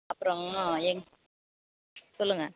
அப்புறம் எங் சொல்லுங்க